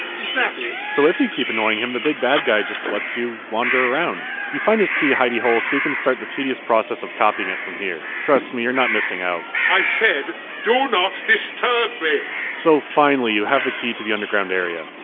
is that it? so, if you keep annoying him, the big bad guy just lets you wander around. you find his key hidy-hole, so you can start the tedious process of copying it from here. trust me, you're not missing out. serstan i said do not disturb! so, finally you have the key to the underground area.